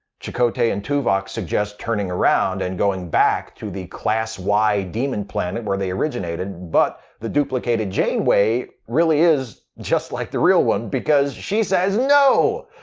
chakotay and tuvok suggest turning around and going back to the class-y demon planet where they originated, but the duplicated janeway really is just like the real one, because she says no!